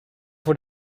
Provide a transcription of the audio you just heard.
voor